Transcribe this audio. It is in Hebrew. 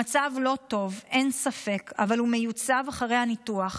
המצב לא טוב, אין ספק, אבל הוא מיוצב אחרי הניתוח.